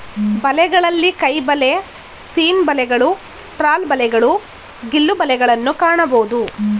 ಬಲೆಗಳಲ್ಲಿ ಕೈಬಲೆ, ಸೀನ್ ಬಲೆಗಳು, ಟ್ರಾಲ್ ಬಲೆಗಳು, ಗಿಲ್ಲು ಬಲೆಗಳನ್ನು ಕಾಣಬೋದು